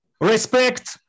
respect